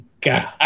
God